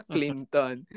Clinton